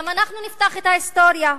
גם אנחנו נפתח את ההיסטוריה,